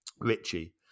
Richie